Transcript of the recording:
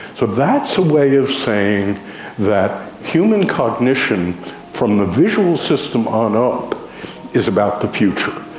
so that's a way of saying that human cognition from the visual system on up is about the future,